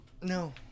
No